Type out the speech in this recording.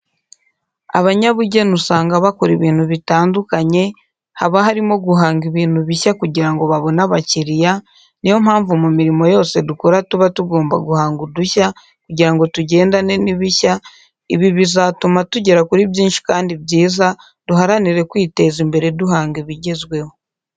Abanyabugeni usanga bakora ibintu bitandukanye, haba harimo guhanga ibintu bishya kugira ngo babone abakiriya, ni yo mpamvu mu mirimo yose dukora tuba tugomba guhanga udushya kugira ngo tugendane n'ibishya, ibi bizatuma tugera kuri byinshi kandi byiza, duharanire kwiteza imbere duhanga ibigezweho.